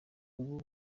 ubu